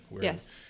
Yes